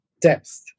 depth